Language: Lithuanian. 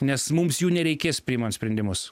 nes mums jų nereikės priimant sprendimus